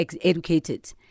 educated